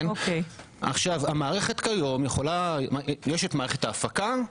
יש את מערכת ההפקה,